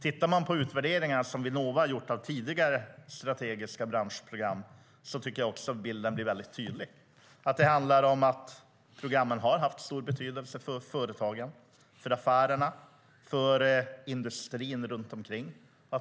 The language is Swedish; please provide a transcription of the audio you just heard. Vinnova har gjort utvärderingar av tidigare strategiska branschprogram. Då blir bilden tydlig. Programmen har haft stor betydelse för företagen, för affärerna, för industrin runt omkring.